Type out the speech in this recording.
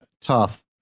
tough